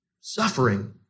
suffering